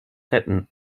retten